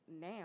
now